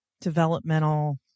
developmental